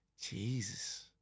Jesus